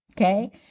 Okay